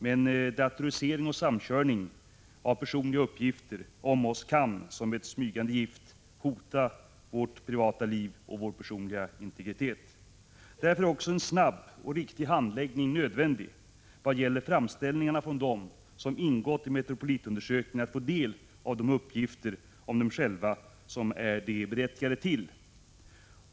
Men datorisering och samkörning av personliga uppgifter om oss kan som ett smygande gift hota vårt privata liv och vår personliga integritet. Därför är också en snabb och riktig handläggning nödvändig vad gäller framställningarna från dem som ingått i Metropolitundersökningen att få del av de uppgifter om dem själva som de är berättigade till.